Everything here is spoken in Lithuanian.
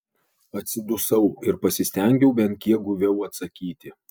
atsidusau ir pasistengiau bent kiek guviau atsakyti